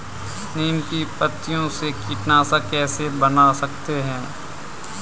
नीम की पत्तियों से कीटनाशक कैसे बना सकते हैं?